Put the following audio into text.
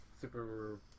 Super